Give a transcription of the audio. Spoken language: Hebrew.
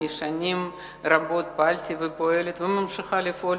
אני שנים רבות פעלתי ופועלת וממשיכה לפעול